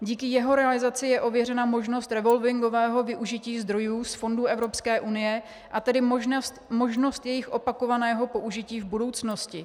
Díky jeho realizaci je ověřena možnost revolvingového využití zdrojů z fondů Evropské unie, a tedy možnost jejich opakovaného použití v budoucnosti.